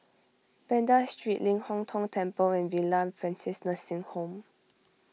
Banda Street Ling Hong Tong Temple and Villa Francis Nursing Home